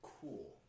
cool